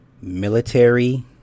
military